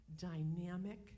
dynamic